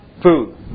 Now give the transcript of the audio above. Food